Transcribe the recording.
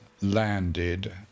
landed